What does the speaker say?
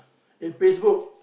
in Facebook